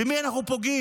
במי אנחנו פוגעים?